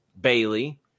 Bailey